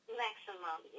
maximum